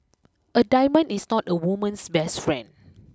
a diamond is not a woman's best friend